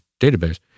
database